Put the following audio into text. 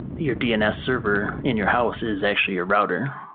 your dns server in your house is actually your router.